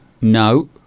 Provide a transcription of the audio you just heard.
no